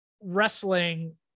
wrestling